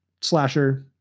slasher